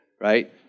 right